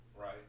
right